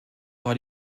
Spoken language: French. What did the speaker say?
par